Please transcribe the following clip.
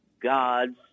god's